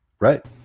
Right